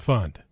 Fund